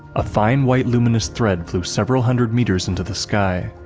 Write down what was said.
a fine, white, luminous thread flew several hundred meters into the sky.